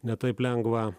ne taip lengva